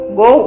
go